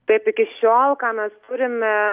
taip iki šiol ką mes turime